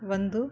ಒಂದು